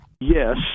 Yes